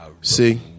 See